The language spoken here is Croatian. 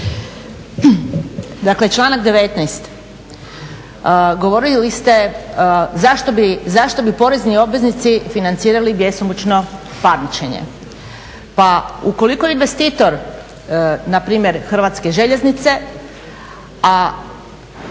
Dakle članak 19. Govorili ste zašto bi porezni obveznici financirali bjesomučno parničenje. Pa ukoliko je investitor npr. Hrvatske željeznice a